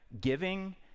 giving